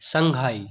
Shanghai